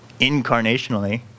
incarnationally